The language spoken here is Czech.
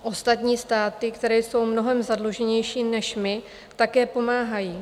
Ostatní státy, které jsou mnohem zadluženější než my, také pomáhají.